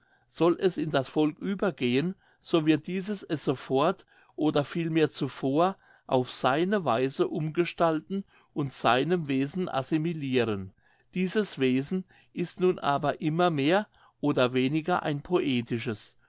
soll es in das volk übergehen so wird dieses es sofort oder vielmehr zuvor auf seine weise umgestalten und seinem wesen assimiliren dieses wesen ist nun aber immer mehr oder weniger ein poetisches